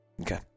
Okay